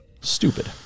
Stupid